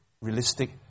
realistic